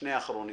שני האחרונים.